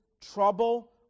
trouble